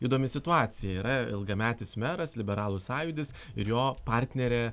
įdomi situacija yra ilgametis meras liberalų sąjūdis ir jo partnerė